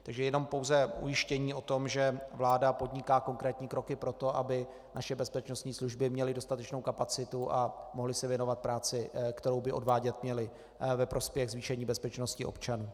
Takže jenom pouze ujištění o tom, že vláda podniká konkrétní kroky pro to, aby naše bezpečnostní služby měly dostatečnou kapacitu a mohly se věnovat práci, kterou by odvádět měly ve prospěch zvýšení bezpečnosti občanů.